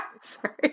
Sorry